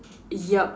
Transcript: yup